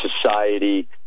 society